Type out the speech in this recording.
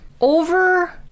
Over